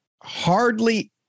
hardly